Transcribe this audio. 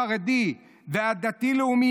החרדי והדתי-לאומי,